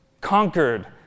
conquered